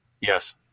Yes